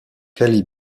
kelly